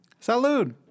Salud